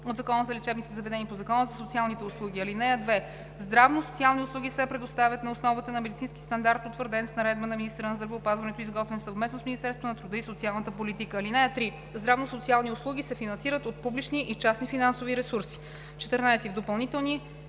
по Закона за лечебните заведения и по Закона за социалните услуги. (2) Здравно-социални услуги се предоставят на основата на медицински стандарт, утвърдени с наредба на министъра на здравеопазването, изготвена съвместно с Министерството на труда и социалната политика. (3) Здравно-социални услуги се финансират от публични и частни финансови ресурси. 14. В Допълнителни